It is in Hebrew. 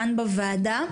היום.